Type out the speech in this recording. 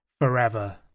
forever